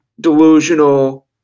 delusional